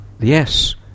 Yes